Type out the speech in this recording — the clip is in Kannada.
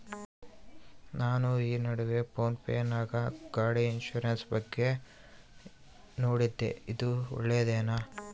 ನಾನು ಈ ನಡುವೆ ಫೋನ್ ಪೇ ನಾಗ ಗಾಡಿ ಇನ್ಸುರೆನ್ಸ್ ಬಗ್ಗೆ ನೋಡಿದ್ದೇ ಇದು ಒಳ್ಳೇದೇನಾ?